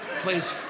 please